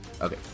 Okay